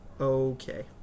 okay